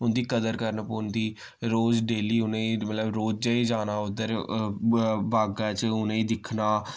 उं'दी कदर करन पौंदी रोज डेली उ'ने मतलब रोजे जाना उद्धर च उ'ने ई दिक्खना